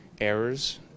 errors